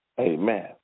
Amen